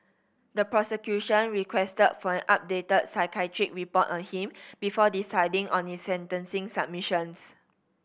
the prosecution requested for an updated psychiatric report on him before deciding on its sentencing submissions